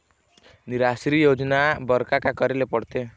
निराश्री योजना बर का का करे ले पड़ते?